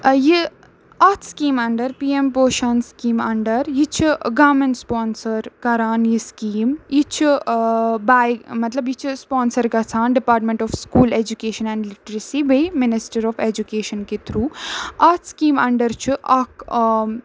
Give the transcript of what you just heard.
اَ یہِ اَتھ scheme under P M Poshan scheme under یہِ چھُ گارمٮ۪نٛٹ سپونسَر کَران یہِ سِکیٖم یہِ چھُ بَے مطلب یہِ چھِ سپونسَر گژھان department of school education and literacy بیٚیہِ مِنِسٹَر آف اٮ۪جوکیشَن کہِ تھرٛوٗ اَتھ سِکیٖم اَنڈَر چھُ اَکھ